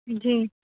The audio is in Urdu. جی